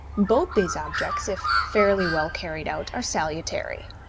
both these objects, if fairly well carried out, are salutary.